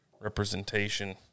representation